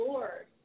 Lord